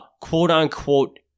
quote-unquote